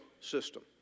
system